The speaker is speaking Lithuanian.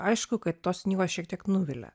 aišku kad tos knygos šiek tiek nuvilia